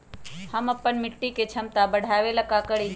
हम अपना मिट्टी के झमता बढ़ाबे ला का करी?